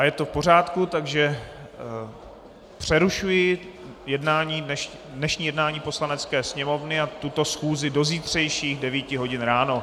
Je to v pořádku, takže přerušuji dnešní jednání Poslanecké sněmovny a tuto schůzi do zítřejších devíti hodin ráno.